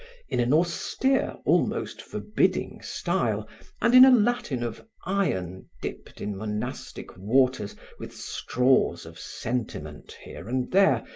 in an austere, almost forbidding style and in a latin of iron dipped in monastic waters with straws of sentiment, here and there,